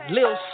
Lil